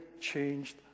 changed